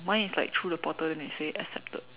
mine is like through the portal then they said accepted